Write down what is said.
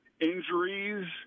injuries